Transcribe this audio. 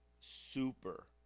super